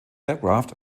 aircraft